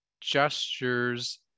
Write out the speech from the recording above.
gestures